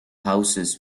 houses